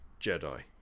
Jedi